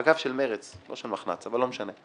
אגב, של מרצ, לא של המחנה הציוני, אבל לא משנה.